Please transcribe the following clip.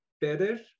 better